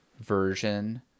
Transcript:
version